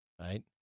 right